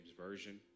Version